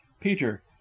Peter